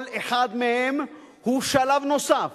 כל אחד מהם הוא שלב נוסף